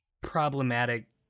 problematic